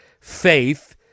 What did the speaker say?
faith—